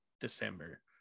December